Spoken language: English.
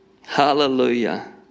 Hallelujah